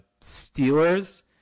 Steelers